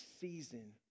season